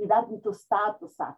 įvertintų statusą